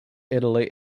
italy